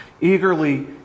Eagerly